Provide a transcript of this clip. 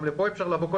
גם לפה אפשר לבוא,